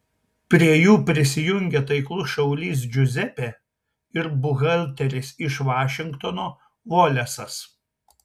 prie jų prisijungia taiklus šaulys džiuzepė ir buhalteris iš vašingtono volesas